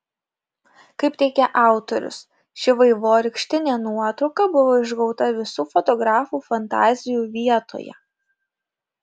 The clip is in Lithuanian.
kaip teigia autorius ši vaivorykštinė nuotrauka buvo išgauta visų fotografų fantazijų vietoje